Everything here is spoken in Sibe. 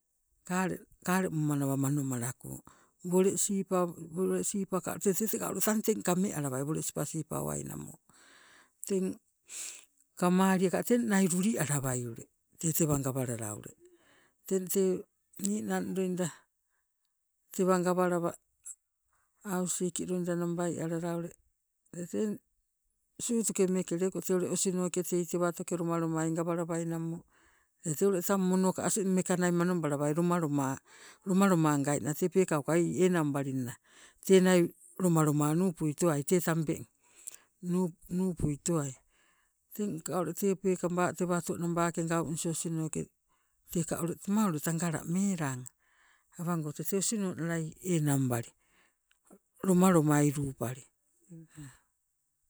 Kale kalemomanawa manomalako, wole siipaka teteka ule tang kame alawai wole siipawowainamo. Teng kamali aka teng nai luli alawai tee tewa gawalala ule, teng tee ninang loida tewa gawalawa hausik loida nabai alala ule tete sutuke meeke leko, tee osinoke tei tewatoke lomalomai gawalawai namo tete ule tang monoka asing tang meka nai manobalawai lomaloma, lomalomangainna tee peekaukai enang balingna tee nai lomaloma nupui towai tee tambeng nupui towai. Tengka ule tee peekaba tewato nabake gaunisi osinoke teka ule tuma ule tangala melang awango tete osino nalai enangbali lomalomai luupali.